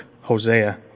Hosea